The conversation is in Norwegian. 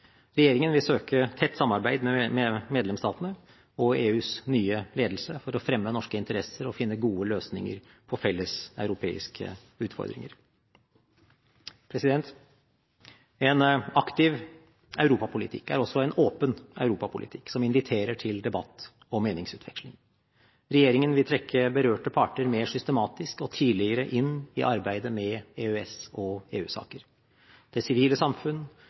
Regjeringen vil søke tett samarbeid med medlemsstatene og EUs nye ledelse for å fremme norske interesser og finne gode løsninger på felles europeiske utfordringer. En aktiv europapolitikk er også en åpen europapolitikk som inviterer til debatt og meningsutveksling. Regjeringen vil trekke berørte parter mer systematisk og tidligere inn i arbeidet med EØS- og EU-saker. Det sivile samfunn